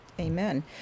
Amen